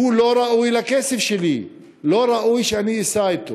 הוא לא ראוי לכסף שלי ולא ראוי שאסע אתו.